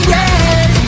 red